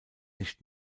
nicht